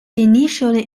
initially